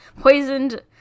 poisoned